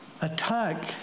attack